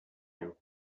you